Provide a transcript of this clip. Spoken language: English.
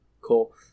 Cool